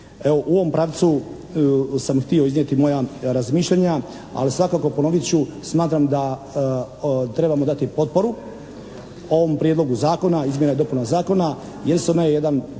Evo u ovom pravcu sam htio iznijeti moja razmišljanja, ali svakako ponovit ću, smatram da trebamo dati potporu ovom prijedlogu zakona, izmjene i dopune zakona, jer se onaj jedan